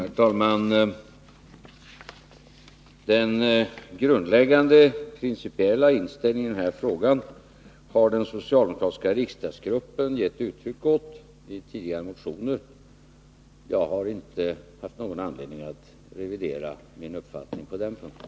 Herr talman! Den grundläggande, principiella inställningen i denna fråga har den socialdemokratiska riksdagsgruppen gett uttryck åt i tidigare motioner. Jag har inte haft någon anledning att revidera min uppfattning på den punkten.